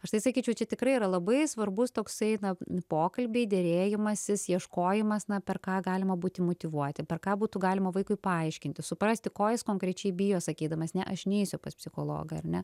aš tai sakyčiau čia tikrai yra labai svarbus toksai na pokalbiai derėjimasis ieškojimas na per ką galima būti motyvuoti per ką būtų galima vaikui paaiškinti suprasti ko jis konkrečiai bijo sakydamas ne aš neisiu pas psichologą ar ne